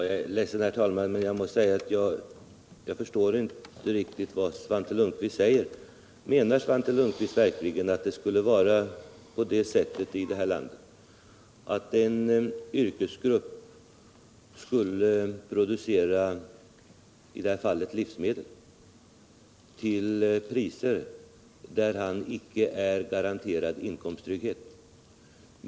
Herr talman! Jag är ledsen, men jag måste säga att jag förstår inte riktigt vad Svante Lundkvist säger. Menar Svante Lundkvist verkligen att det bör vara på det sättet i det här landet att en yrkesgrupp skall producera i detta fall livsmedel till priser som icke garanterar inkomsttrygghet?